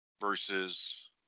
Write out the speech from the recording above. Versus